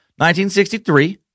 1963